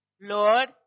lord